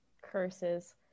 Curses